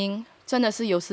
真的有时